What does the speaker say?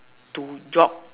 to jog